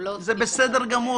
עצם השאלה